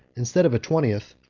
instead of a twentieth,